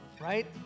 right